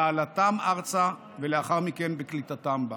בהעלאתם ארצה ולאחר מכן בקליטתם בה.